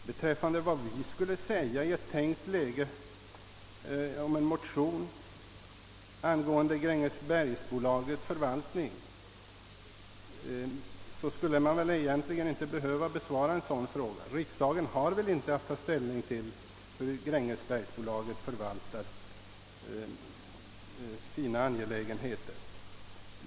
Beträffande frågan vad vi skulle säga om en motion angående Grängesbergsbolagets förvaltning väcktes här i riksdagen, är det en fråga som man väl egentligen inte skulle behöva besvara. Riksdagen har väl inte att ta ställning till hur Grängesbergsbolaget handlägger sina angelägenheter!